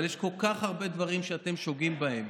אבל יש כל כך הרבה דברים שאתם שוגים בהם.